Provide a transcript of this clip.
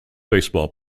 baseball